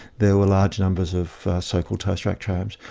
there were large numbers of so-called toast-rack trams.